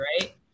right